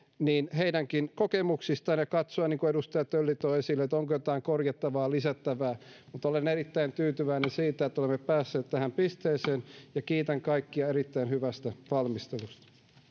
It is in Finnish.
heidänkin kokemuksistaan ja katsoa niin kuin edustaja tölli toi esille onko jotain korjattavaa tai lisättävää mutta olen erittäin tyytyväinen siitä että olemme päässeet tähän pisteeseen ja kiitän kaikkia erittäin hyvästä valmistelusta